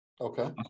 Okay